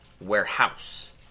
Warehouse